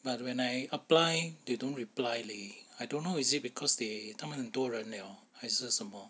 but when I apply they don't reply leh I don't know is it because they 他们很多人了还是什么